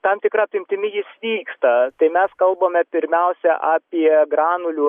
tam tikra apimtimi jis vyksta tai mes kalbame pirmiausia apie granulių